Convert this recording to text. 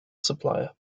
supplier